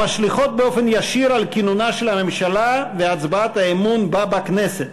המשליכות באופן ישיר על כינונה של הממשלה והצבעת האמון בה בכנסת.